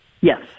Yes